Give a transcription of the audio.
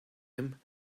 him